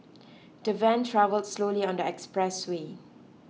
the van travelled slowly on the expressway